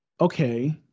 okay